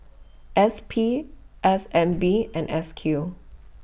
S P S N B and S Q